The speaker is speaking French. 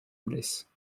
noblesse